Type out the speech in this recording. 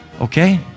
Okay